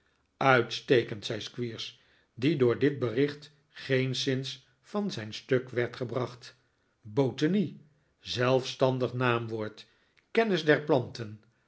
uitstekend zei squeers die door dit bericht geenszins van zijn stuk werd gebracht b o e n i e zelfstandig naamwoord kennis der planten